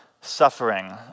suffering